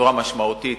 בצורה משמעותית.